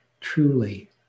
Truly